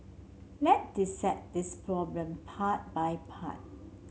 let dissect this problem part by part